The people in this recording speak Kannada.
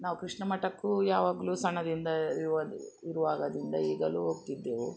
ನಾವು ಕೃಷ್ಣ ಮಠಕ್ಕೂ ಯಾವಾಗಲೂ ಸಣ್ಣದಿಂದ ಇರುವುದ್ ಇರುವಾಗಿಂದ ಈಗಲೂ ಹೋಗ್ತಿದ್ದೆವು